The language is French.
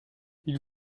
ils